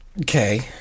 Okay